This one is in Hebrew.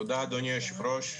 תודה אדוני היושב-ראש.